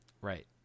Right